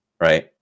right